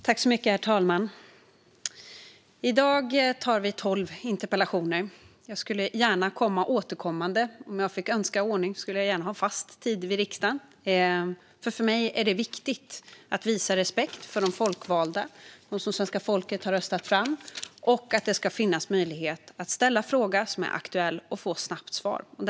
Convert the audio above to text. Herr talman! I dag debatterar vi tolv interpellationer. Jag skulle gärna göra det återkommande. Om jag fick önska ordning skulle jag gärna ha en fast tid i riksdagen. För mig är det nämligen viktigt att visa respekt för de folkvalda - dem som svenska folket har röstat fram - och att det finns möjlighet att ställa en fråga som är aktuell och snabbt få svar.